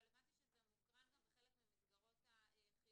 אבל הבנתי שזה מוקרן גם בחלק ממסגרות החינוך,